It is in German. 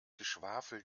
geschwafel